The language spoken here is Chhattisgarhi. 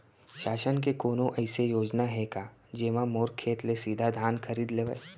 शासन के कोनो अइसे योजना हे का, जेमा मोर खेत ले सीधा धान खरीद लेवय?